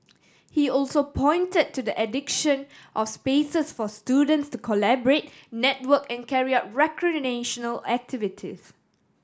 he also pointed to the addiction of spaces for students to collaborate network and carry out recreational activities